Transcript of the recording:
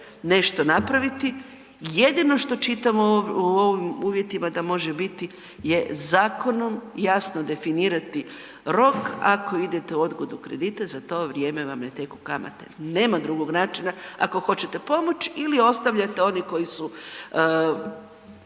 nešto napraviti jedino što čitam u ovim uvjetima da može biti je zakonom jasno definirati rok ako idete u odgodu kredita za to vrijeme vam ne teku kamate. Nema drugog načina ako hoćete pomoći ili ostavljate one koji su